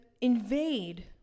invade